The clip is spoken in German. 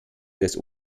des